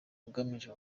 ugamije